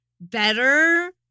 better